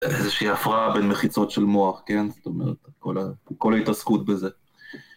איזשהי הפרעה בין מחיצות של מוח, כן? זאת אומרת, כל ה... כל ההתעסקות בזה.